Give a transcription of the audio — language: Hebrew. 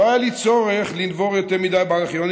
לא היה לי צורך לנבור יותר מדי בארכיונים